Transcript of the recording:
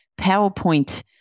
PowerPoint